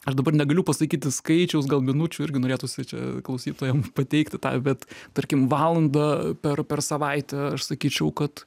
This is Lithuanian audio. aš dabar negaliu pasakyti skaičiaus gal minučių irgi norėtųsi čia klausytojam pateikti tą bet tarkim valandą per per savaitę aš sakyčiau kad